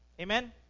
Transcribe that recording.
Amen